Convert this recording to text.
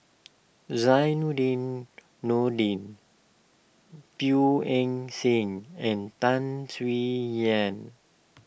Zainudin Nordin Teo Eng Seng and Tan Swie Hian